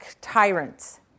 tyrants